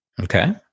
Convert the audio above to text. Okay